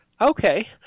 okay